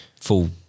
full –